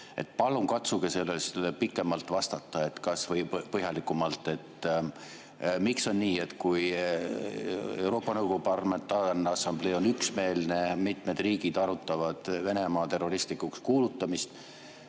Palun katsuge sellele pikemalt ja põhjalikumalt vastata. Miks on nii, et kui Euroopa Nõukogu Parlamentaarne Assamblee on üksmeelne, mitmed riigid arutavad Venemaa terroristlikuks kuulutamist,